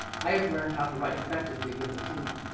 i have learned how to write effectively with a team,